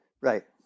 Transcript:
Right